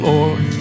Lord